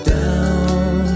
down